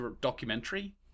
documentary